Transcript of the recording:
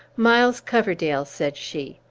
miles coverdale! said she.